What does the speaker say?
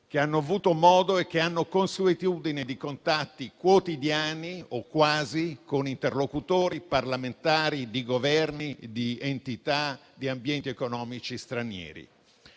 che hanno avuto modo e hanno consuetudine di contatti quotidiani o quasi con interlocutori parlamentari, di Governi, di entità, di ambienti economici stranieri.